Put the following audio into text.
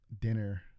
dinner